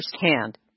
firsthand